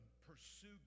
pursue